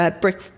brick